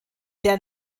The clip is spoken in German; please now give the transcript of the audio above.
der